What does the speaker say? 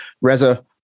Reza